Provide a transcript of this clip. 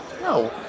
no